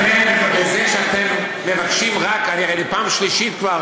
אתם, בזה שאתם מבקשים, הרי אני פעם שלישית כבר